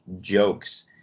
jokes